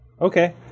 Okay